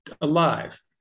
alive